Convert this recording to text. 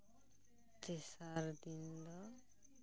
ᱛᱮᱥᱟᱨ ᱫᱤᱱ ᱫᱚ